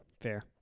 Fair